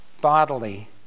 bodily